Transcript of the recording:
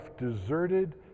deserted